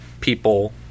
people